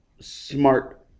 smart